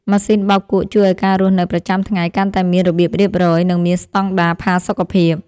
ម៉ាស៊ីនបោកគក់ជួយឱ្យការរស់នៅប្រចាំថ្ងៃកាន់តែមានរបៀបរៀបរយ និងមានស្តង់ដារផាសុកភាព។